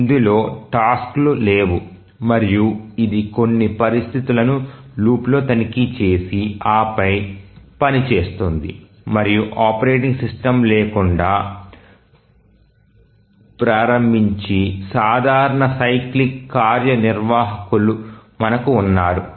ఇందులో టాస్క్ లు లేవు మరియు ఇది కొన్ని పరిస్థితులను లూప్లో తనిఖీ చేసి ఆ పై పని చేస్తుంది మరియు ఆపరేటింగ్ సిస్టమ్ లేకుండా ప్రారంభించి సాధారణ సైక్లిక్ కార్యనిర్వాహకులు మనకు ఉన్నారు